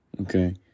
Okay